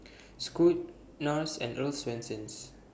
Scoot Nars and Earl's Swensens